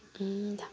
अँ ल